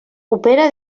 opera